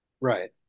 Right